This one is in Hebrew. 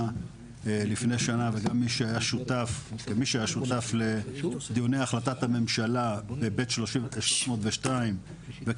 לפני שנה וגם כמי שהיה שותף לדיוני החלטת הממשלה בב'-302 וכמי